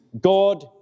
God